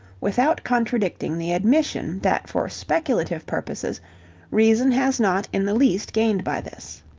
without contradicting the admission that for speculative purposes reason has not in the least gained by this.